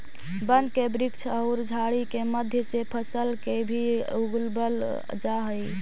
वन के वृक्ष औउर झाड़ि के मध्य से फसल के भी उगवल जा हई